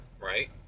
right